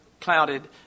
clouded